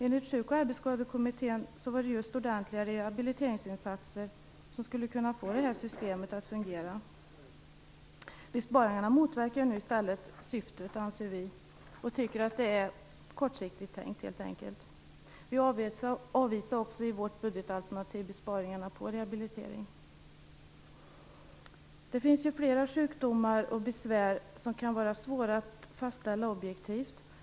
Enligt Sjuk och arbetsskadekommittén var det just ordentliga rehabiliteringsinsatser som skulle kunna få systemet att fungera. Besparingarna motverkar i stället syftet, anser vi, och vi tycker att det är kortsiktigt tänkt. Vi avvisar också i vårt budgetalternativ besparingarna på rehabilitering. Det finns flera sjukdomar och besvär som kan vara svåra att fastställa objektivt.